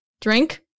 Drink